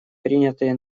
принятые